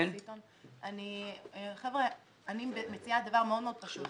אני מציעה דבר מאוד מאוד פשוט.